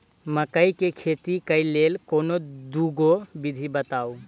मकई केँ खेती केँ लेल कोनो दुगो विधि बताऊ?